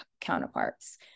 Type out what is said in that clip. counterparts